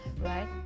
right